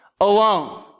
alone